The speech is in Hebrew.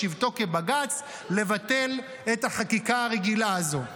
בשבתו כבג"ץ, לבטל את החקיקה הרגילה הזו.